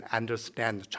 understand